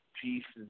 pieces